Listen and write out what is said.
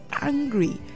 angry